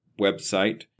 website